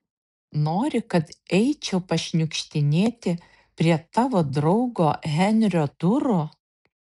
nori kad eičiau pašniukštinėti prie tavo draugo henrio durų